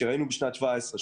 2017,